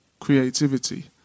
creativity